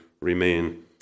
remain